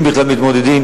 אם בכלל מתמודדים,